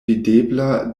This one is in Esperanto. videbla